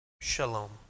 Shalom